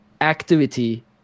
activity